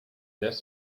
this